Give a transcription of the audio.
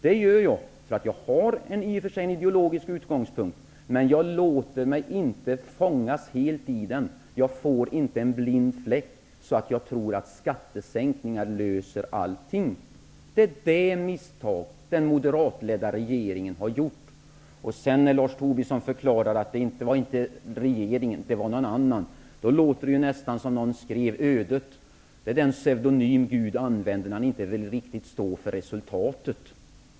Det tror jag därför att jag i och för sig har en ideologisk utgångspunkt, men jag låter mig inte fångas helt av den. Jag har i det sammanhanget inte någon blind fläck och tror inte att skattesänkningar löser alla problem. Det är det misstag som den moderatledda regeringen har gjort. Lars Tobisson förklarade vidare att det inte var regeringen utan någon annan som hade träffat uppgörelsen. Det låter nästan så som någon skrev: Ödet är den pseudonym som Gud använder när han inte riktigt vill stå för resultatet.